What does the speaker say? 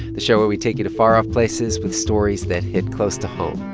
the show where we take you to far-off places with stories that hit close to home.